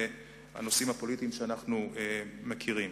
הנושאים הפוליטיים שאנחנו מכירים.